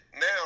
Now